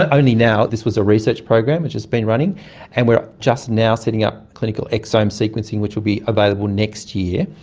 ah only now. this was a research program which has been a running and we are just now setting up clinical exome sequencing which will be available next year.